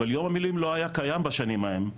אבל יום המילואים לא היה קיים בשנים ההם,